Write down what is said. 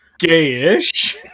Gayish